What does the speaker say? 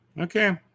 Okay